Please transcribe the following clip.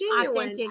genuine